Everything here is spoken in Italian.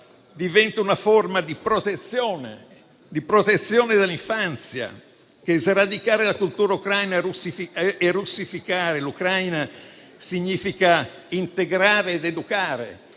sia una forma di protezione dell'infanzia, che sradicare la cultura ucraina e russificare l'Ucraina significa integrare ed educare.